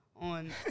on